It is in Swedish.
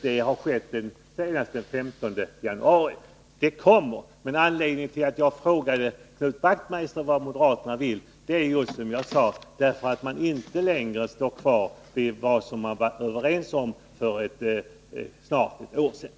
Det har skett senast den 15 januari. Propositionen kommer alltså. Anledningen till att jag frågade Knut Wachtmeister vad moderaterna vill är just det som jag sade, att man inte längre står kvar vid vad vi var överens om för snart ett år sedan.